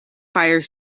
fire